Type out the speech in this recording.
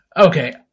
Okay